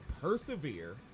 persevere